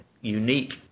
unique